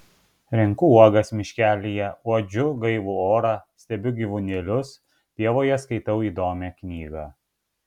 renku uogas miškelyje uodžiu gaivų orą stebiu gyvūnėlius pievoje skaitau įdomią knygą